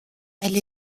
elle